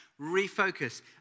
Refocus